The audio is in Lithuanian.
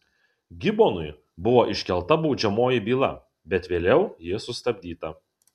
gibonui buvo iškelta baudžiamoji byla bet vėliau ji sustabdyta